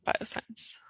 Bioscience